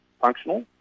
functional